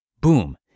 boom